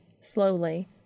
slowly